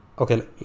okay